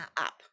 up